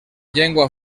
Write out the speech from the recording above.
llengua